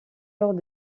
lors